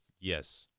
Yes